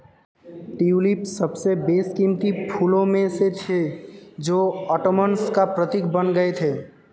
tulip सबसे बेशकीमती फूलों में से थे जो ओटोमन्स का प्रतीक बन गए थे